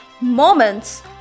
moments